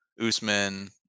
Usman